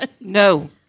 No